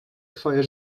twoje